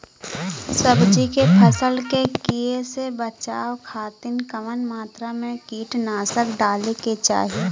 सब्जी के फसल के कियेसे बचाव खातिन कवन मात्रा में कीटनाशक डाले के चाही?